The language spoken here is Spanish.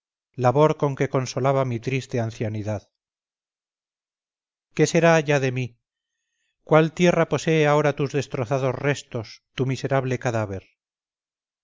labor con que consolaba mi triste ancianidad qué será ya de mi cuál tierra posee ahora tus destrozados restos tu miserable cadáver